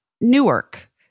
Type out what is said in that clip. Newark